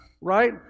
right